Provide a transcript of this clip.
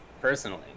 personally